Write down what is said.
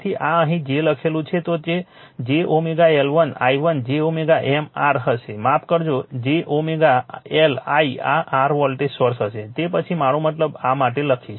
તેથી આ અહીં j લખેલું છે તો તે j L1 i1 j M r હશે માફ કરજો j l i આ r વોલ્ટેજ સોર્સ હશે તે પછી મારો મતલબ આ માટે લખીશ